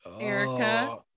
Erica